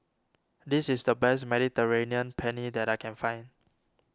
this is the best Mediterranean Penne that I can find